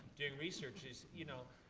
doing research, is, you know,